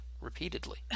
repeatedly